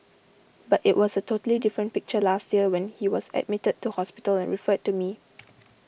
but it was a totally different picture last year when he was admitted to hospital and referred to me